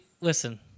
listen